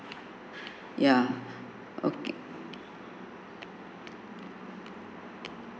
ya okay